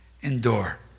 endure